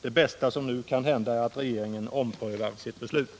Det bästa som nu kan hända är att regeringen omprövar sitt beslut.